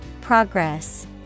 Progress